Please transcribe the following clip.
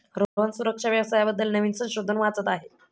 रोहन सुरक्षा व्यवसाया बद्दल नवीन संशोधन वाचत आहे